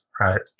right